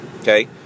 Okay